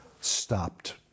stopped